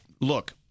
look